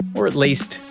or at least,